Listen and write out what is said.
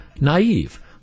naive